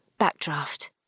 Backdraft